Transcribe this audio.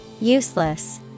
Useless